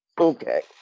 Okay